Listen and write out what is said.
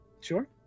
Sure